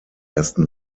ersten